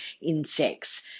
insects